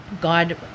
God